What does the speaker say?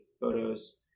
photos